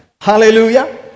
Hallelujah